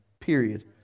period